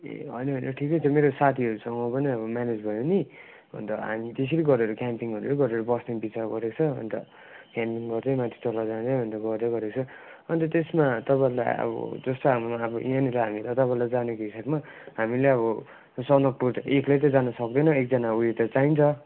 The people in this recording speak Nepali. ए होइन होइन ठिकै छ मेरो साथीहरूसँग म पनि अब म्यानेज भयो कि अन्त हामी त्यसरी गरेर क्याम्पिङहरू गरेर बस्ने विचार गरेको छ अन्त क्याम्पिङ गर्ने माथि तल जाने भनेर गरेर गरेको छ अन्त त्यसमा तपाईँहरूले अब जस्तो हाम्रो अब यहाँनिर हामी त तपाईँलाई जानेको हिसाबमा हामीलाई अब सन्दकपुर त एक्लै त जानुसक्दैन एकजना उयो त चाहिन्छ